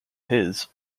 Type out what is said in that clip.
his